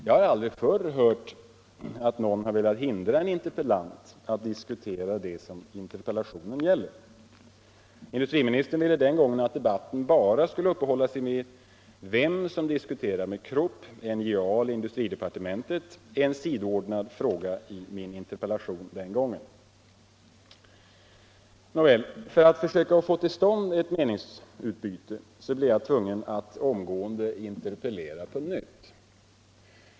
Jag har aldrig förr hört att någon har velat hindra en interpellant att diskutera det som interpel Industriministern ville den gången att debatten bara skulle uppehålla sig vid vem som diskuterade med Krupp - NJA eller industridepartementet — vilket var en sidoordnad fråga i min första interpellation. För att försöka få till stånd ett meningsutbyte blev jag tvungen att omgående interpellera på nytt.